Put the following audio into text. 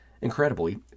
Incredibly